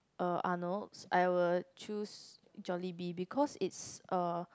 uh Arnold's I would choose Jollibee because it's uh